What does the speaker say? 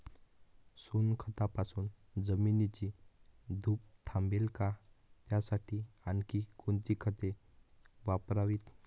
सोनखतापासून जमिनीची धूप थांबेल का? त्यासाठी आणखी कोणती खते वापरावीत?